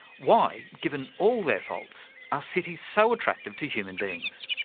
why, given all their faults, are cities so attractive to human beings?